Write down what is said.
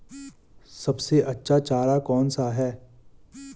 सबसे अच्छा चारा कौन सा है?